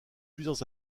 plusieurs